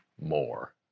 more